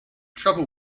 trouble